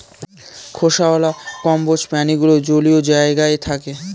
খোসাওয়ালা কম্বোজ প্রাণীগুলো জলীয় জায়গায় থাকে